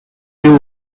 you